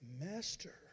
Master